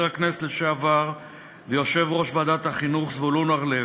הכנסת ויושב-ראש ועדת החינוך לשעבר זבולון אורלב,